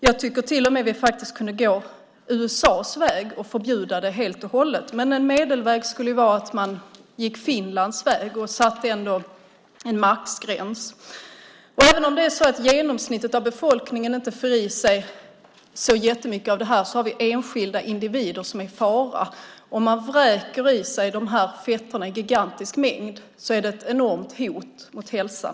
Jag tycker till och med att vi kan gå USA:s väg och förbjuda det helt och hållet, men en medelväg skulle vara att göra som Finland och sätta en maxgräns. Även om genomsnittet av befolkningen inte får i sig jättemycket av det här har vi enskilda individer som är i fara. Om man vräker i sig de här fetterna i gigantisk mängd är det ett enormt hot mot hälsan.